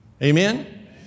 Amen